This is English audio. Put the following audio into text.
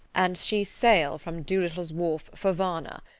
and she sail from doolittle's wharf for varna,